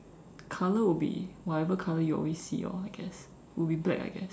color would be whatever color you always see lor I guess will be black I guess